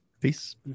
Peace